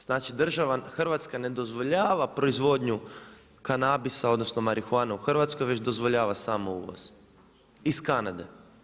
Znači, država Hrvatska ne dozvoljava proizvodnju kanabisa odnosno marihuane u Hrvatskoj već dozvoljava samo uvoz iz Kanade.